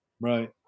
Right